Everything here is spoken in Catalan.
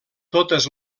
totes